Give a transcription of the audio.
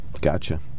gotcha